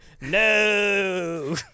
no